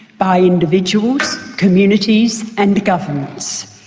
by individuals, communities, and governments.